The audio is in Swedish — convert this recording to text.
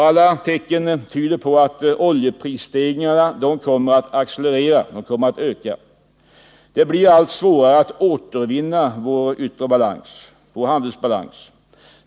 Alla tecken tyder på att oljeprisstegringarna kommer att accelerera. Det blir allt svårare att återvinna vår yttre balans, vår handelsbalans.